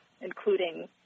including